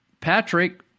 Patrick